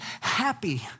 happy